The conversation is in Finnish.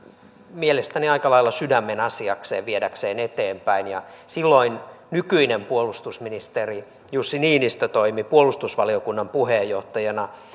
mielestäni aika lailla sydämenasiakseen viedäkseen eteenpäin ja silloin nykyinen puolustusministeri jussi niinistö toimi puolustusvaliokunnan puheenjohtajana